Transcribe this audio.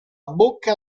bocca